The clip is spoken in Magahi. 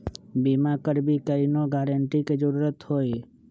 बिमा करबी कैउनो गारंटर की जरूरत होई?